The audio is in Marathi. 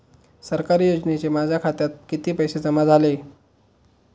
सरकारी योजनेचे माझ्या खात्यात किती पैसे जमा झाले?